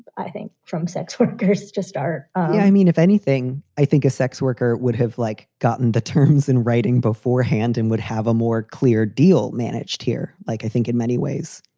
but i think from sex workers. just art i mean, if anything, i think a sex worker would have, like, gotten the terms in writing beforehand and would have a more clear deal managed here, like, i think in many ways.